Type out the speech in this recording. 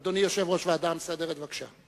אדוני יושב-ראש הוועדה המסדרת, בבקשה.